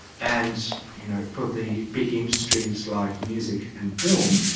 and you know, for the big industries like music and film,